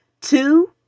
two